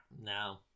no